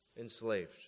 enslaved